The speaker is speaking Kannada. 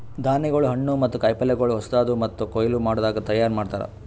ಧಾನ್ಯಗೊಳ್, ಹಣ್ಣು ಮತ್ತ ಕಾಯಿ ಪಲ್ಯಗೊಳ್ ಹೊಸಾದು ಮತ್ತ ಕೊಯ್ಲು ಮಾಡದಾಗ್ ತೈಯಾರ್ ಮಾಡ್ತಾರ್